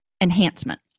enhancement